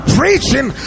preaching